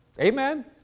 Amen